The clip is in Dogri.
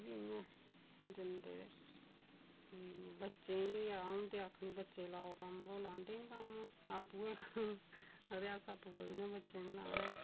ओह् बी इ'यां जंदे ते बच्चें ई बी आ'ऊंं ते आखनी बच्चे लाओ कम्म ते लांदे नी कम्म आपूं गै आखदे अस आपूं करुनेआं बच्चे नी लाना ऐ